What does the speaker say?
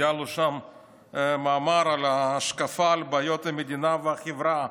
היה לו שם מאמר על ההשקפה על בעיות המדינה והחברה.